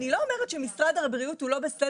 אני לא אומרת שסדר העדיפויות משרד הבריאות הוא לא בסדר,